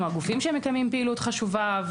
כלומר גופים שהם מקיימים פעילות חשובה.